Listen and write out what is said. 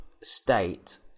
state